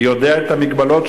והוא יודע את המגבלות.